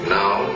now